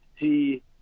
see